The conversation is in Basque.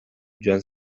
joan